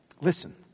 Listen